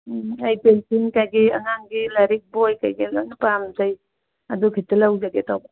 ꯑꯩ ꯄꯦꯟꯁꯤꯜ ꯀꯔꯤ ꯀꯔꯥ ꯑꯉꯥꯡꯒꯤ ꯕꯣꯏ ꯀꯔꯤ ꯀꯔꯥ ꯂꯣꯏꯅ ꯄꯥꯝꯖꯩ ꯑꯗꯨꯈꯤꯇ ꯂꯧꯖꯒꯦ ꯇꯧꯕ